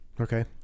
Okay